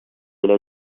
ile